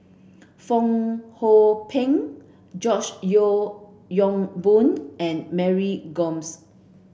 Fong Hoe Beng George Yeo Yong Boon and Mary Gomes